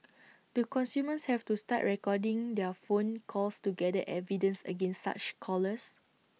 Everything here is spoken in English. do consumers have to start recording their phone calls to gather evidence against such callers